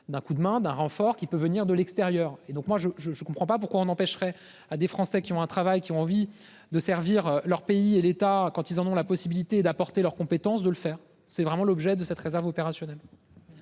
d'un coup de main d'un renfort qui peut venir de l'extérieur et donc moi je je je ne comprends pas pourquoi on empêcherait à des Français qui ont un travail, qui ont envie de servir leur pays et l'état quand ils en ont la possibilité d'apporter leurs compétences, de le faire, c'est vraiment l'objet de cette réserve opérationnelle.